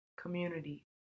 community